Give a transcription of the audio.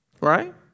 right